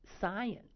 science